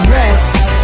rest